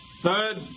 Third